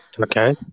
Okay